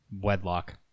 wedlock